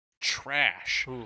trash